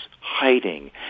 hiding